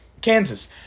Kansas